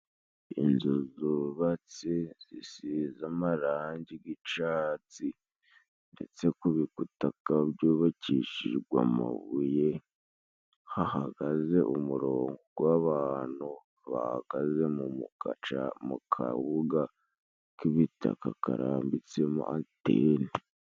Inzu zubatse zisize amarangi y'icyatsi, ndetse ku bikuta bikaba byubakishiewe amabuye, hahagaze umurongo w'abantu bahagaze mu kabuga k'ibitaka karambitsemo atene.